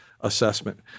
assessment